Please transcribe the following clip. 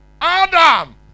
Adam